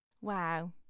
Wow